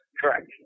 Correct